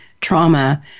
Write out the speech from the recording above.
trauma